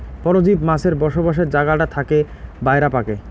পরজীব মাছের বসবাসের জাগাটা থাকে বায়রা পাকে